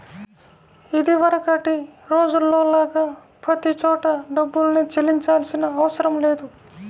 ఇదివరకటి రోజుల్లో లాగా ప్రతి చోటా డబ్బుల్నే చెల్లించాల్సిన అవసరం లేదు